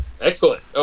Excellent